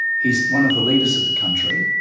he's one of the leaders of the country,